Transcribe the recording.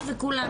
המענה.